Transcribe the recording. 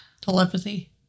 Telepathy